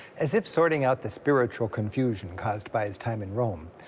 as if sorting out the spiritual confusion caused by his time in rome,